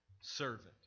servant